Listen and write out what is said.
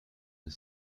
the